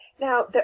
Now